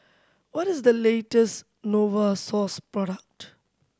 what is the latest Novosource product